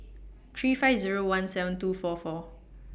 three five Zero one seven two four four